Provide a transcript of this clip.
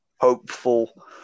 hopeful